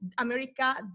America